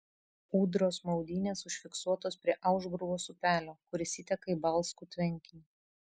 ūdros maudynės užfiksuotos prie aušbruvos upelio kuris įteka į balskų tvenkinį